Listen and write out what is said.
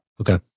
Okay